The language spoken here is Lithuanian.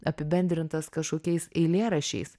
apibendrintas kažkokiais eilėraščiais